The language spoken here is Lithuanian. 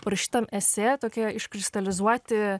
parašytam esė tokioje iškristalizuoti